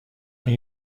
این